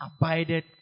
abided